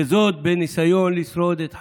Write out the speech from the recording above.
וזאת בניסיון לשרוד את היום-יום.